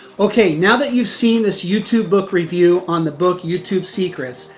okay. now that you've seen this youtube book review on the book youtube secrets,